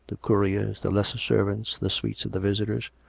the couriers, the lesser servants, the suites of the visitors,